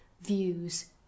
views